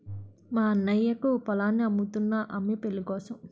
మా అన్నయ్యకు పొలాన్ని అమ్ముతున్నా అమ్మి పెళ్ళికోసం